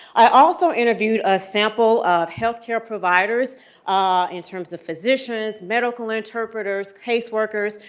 i also interviewed a sample of health care providers in terms of physicians, medical interpreters, caseworkers,